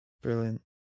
Brilliant